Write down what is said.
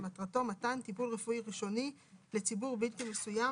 שמטרתו מתן טיפול רפואי ראשוני לציבור בלתי מסוים,